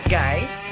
guys